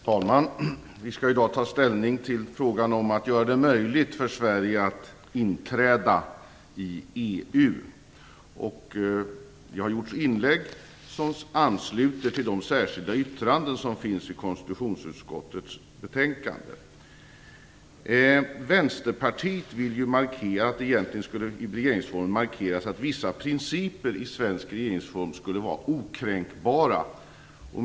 Fru talman! Vi skall i dag ta ställning till frågan om att göra det möjligt för Sverige att inträda i EU. Det har gjorts inlägg som ansluter till de särskilda yttranden som finns i konstitutionsutskottets betänkande. Vänsterpartiet understryker att det i regeringsformen skulle markeras att vissa principer i svensk regeringsform skulle vara okränkbara.